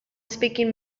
speaking